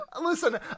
Listen